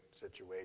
situation